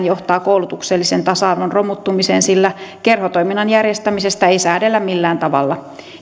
johtaa koulutuksellisen tasa arvon romuttumiseen sillä kerhotoiminnan järjestämisestä ei säädellä millään tavalla